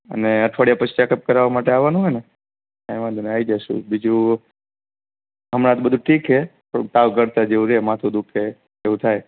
અને અઠવાડિયા પછી ચેકઅપ કરાવવા માટે આવવાનું હોય ને કંઈ વાંધો નહીં આવી જઇશું બીજું હમણાં તો બધુ ઠીક છે થોડું તાવ કળતર જેવું રહે માથું દુઃખે એવું થાય